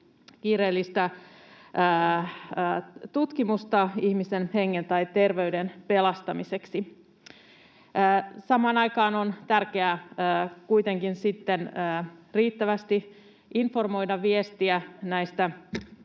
kiireellistä tutkimusta ihmisen hengen tai terveyden pelastamiseksi. Samaan aikaan on tärkeää kuitenkin riittävästi informoida, viestiä näistä